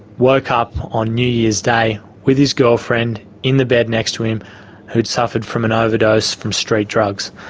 woke up on new year's day with his girlfriend in the bed next to him who'd suffered from an overdose from street drugs.